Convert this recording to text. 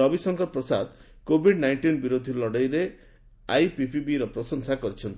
Ravishankar Prasad Covid nineteen ବିରୋଧି ଲଢ଼େଇରେ ଆଇପିପିବିର ପ୍ରଶଂସା କରିଛନ୍ତି